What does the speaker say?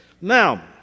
Now